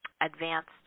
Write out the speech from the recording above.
advanced